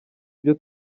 ibyo